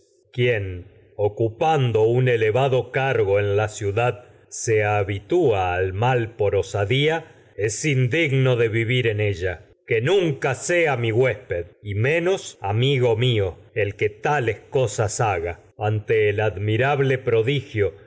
quien ocupando un elevado cargo en la ciudad al se habitúa mal por osadía es indigno de vivir en ella que nunca sea mi huésped y menos amigo mío el que me tales cosas haga ante el admirable prodigio